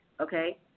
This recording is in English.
Okay